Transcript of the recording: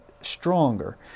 stronger